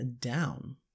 down